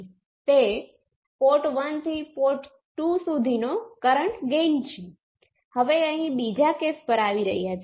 જો તમે તેમને y અથવા z પેરામિટર ની દ્રષ્ટિએ વર્ણવો છો તો તે એકબીજાની સમાન છે અને પછી g અથવા h પેરામિટર તેઓ એકબીજાથી નેગેટિવ છે